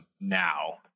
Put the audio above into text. now